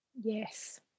Yes